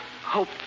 Hope